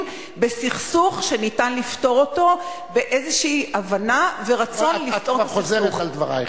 בסכסוך שניתן לפתור אותו באיזו הבנה ורצון --- את חוזרת על דברייך.